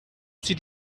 zieht